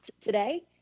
today